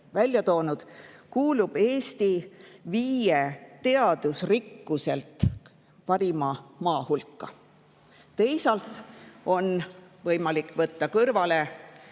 välja toonud, kuulub Eesti viie teadusrikkuselt parima maa hulka. Teisalt on võimalik võtta kõrvale